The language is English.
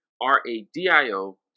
R-A-D-I-O